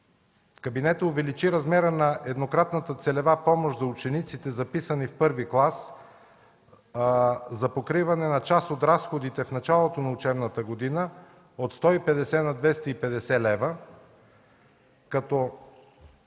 Кабинетът увеличи размера на еднократната целева помощ за учениците, записани в І клас, за покриване на част от разходите в началото на учебната година от 150 на 250 лв., като